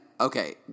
Okay